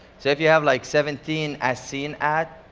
so if you have like seventeen as seen ads,